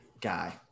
guy